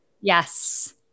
Yes